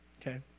Okay